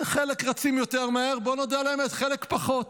חלק רצים יותר מהר, בואו נודה על האמת, חלק פחות.